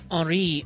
Henri